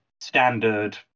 standard